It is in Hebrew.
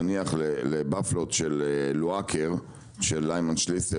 לדוגמה הוופלים של לואקר ששייכים לליימן שליסל,